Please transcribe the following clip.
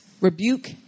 rebuke